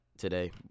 today